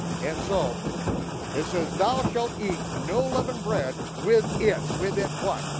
and so it says thou shalt eat no leavened bread with it, with it what,